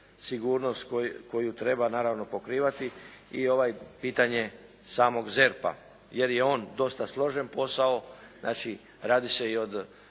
sigurnost koju treba naravno pokrivati i ovo pitanje samog ZERP-a jer je on dosta složen posao. Znači, radi se i o